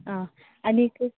आं आनीक